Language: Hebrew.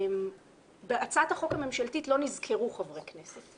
בהצעת החוק הממשלתית לא נזכרו חברי כנסת.